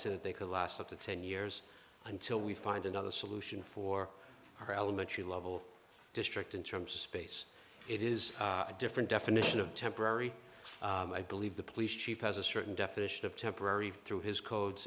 said they could last up to ten years until we find another solution for her elementary level district in terms of space it is a different definition of temporary i believe the police chief has a certain definition of temporary through his codes